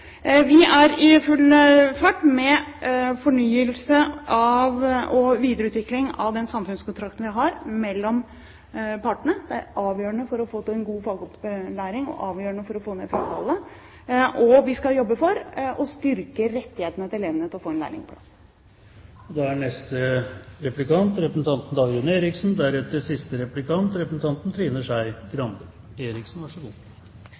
Vi er i full fart med fornyelse og videreutvikling av den samfunnskontrakten vi har mellom partene. Det er avgjørende for å få til en god fagopplæring og avgjørende for å få ned frafallet. Og vi skal jobbe for å styrke elevenes rettigheter til å få en lærlingplass. Da